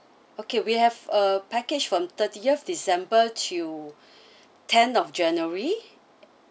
okay we have a package from thirtieth december to ten of january